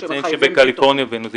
רק לציין שבקליפורניה וניו זילנד,